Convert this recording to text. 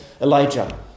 Elijah